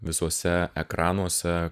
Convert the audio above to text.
visuose ekranuose